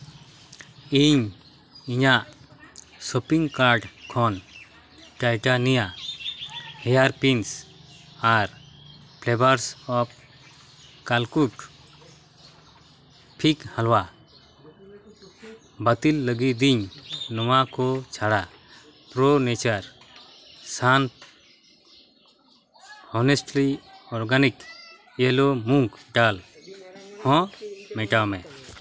ᱤᱧ ᱤᱧᱟᱹᱜ shopping card ᱠᱷᱚᱱ ᱴᱟᱭᱴᱟᱱᱤᱭᱟ ᱦᱮᱭᱟᱨ ᱯᱤᱱᱥ ᱟᱨ ᱯᱷᱞᱮᱵᱟᱨᱥ ᱚᱯᱷ ᱠᱟᱞᱠᱩᱠ ᱯᱷᱤᱠ ᱦᱟᱹᱞᱩᱣᱟ ᱵᱟᱹᱛᱤᱞ ᱞᱟᱹᱜᱤᱫᱤᱧ ᱱᱚᱣᱟ ᱠᱚ ᱪᱷᱟᱲᱟ ᱯᱨᱳ ᱱᱮᱪᱟᱨ ᱥᱟᱱ ᱦᱚᱱᱮᱥᱯᱷᱞᱤ ᱚᱨᱜᱟᱱᱤᱠ ᱤᱭᱮᱞᱳ ᱢᱩᱜᱽ ᱰᱟᱞ ᱦᱚᱸ ᱢᱮᱴᱟᱣ ᱢᱮ